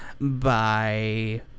Bye